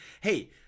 hey